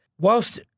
whilst